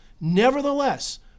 Nevertheless